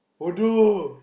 bodoh